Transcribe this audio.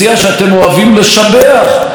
אוכלוסייה שאתם אוהבים לחזק,